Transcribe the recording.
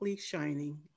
shining